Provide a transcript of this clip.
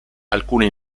alcune